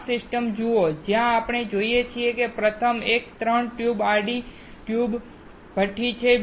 આ સિસ્ટમ જુઓ જ્યાં આપણે જોઈએ છીએ કે પ્રથમ એક 3 ટ્યુબ આડી ટ્યુબ ભઠ્ઠી છે